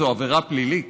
זו עבירה פלילית